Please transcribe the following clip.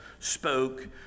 spoke